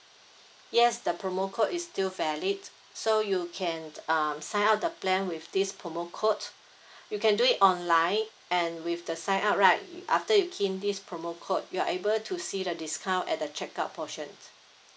yes the promo code is still valid so you can uh sign up the plan with this promo code you can do it online and with the sign up right after you key in this promo code you're able to see the discount at the check out portion